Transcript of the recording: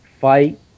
fight